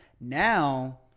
Now